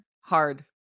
hard